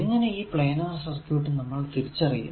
എങ്ങനെ ഈ planar circuit നമ്മൾ തിരിച്ചറിയും